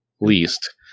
least